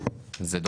הם לא